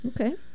Okay